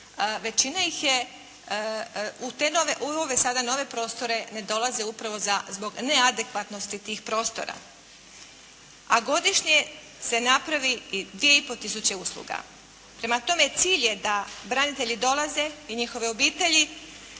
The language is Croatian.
većina ih je, u ove sada nove prostore ne dolaze upravo zbog neadekvatnosti tih prostora, a godišnje se napravi i dvije i pol tisuće usluga. Prema tome, cilj je da branitelji dolaze i njihove obitelji,